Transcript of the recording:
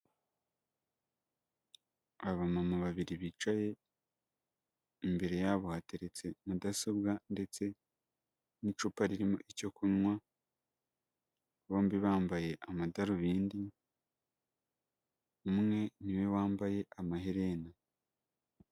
Abamama babiri bicaye, imbere yabo hateretse mudasobwa ndetse n'icupa ririmo icyo kunywa, bombi bambaye amadarubindi, umwe niwe wambaye amaherena.